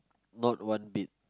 not one bit